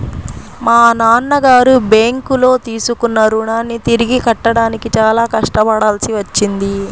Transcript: మా నాన్నగారు బ్యేంకులో తీసుకున్న రుణాన్ని తిరిగి కట్టడానికి చాలా కష్టపడాల్సి వచ్చింది